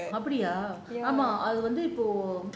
அப்டியா ஆமா அது வந்து:apdiyaa aama athu vanthu